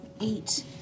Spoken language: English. Eight